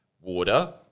water